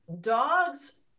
dogs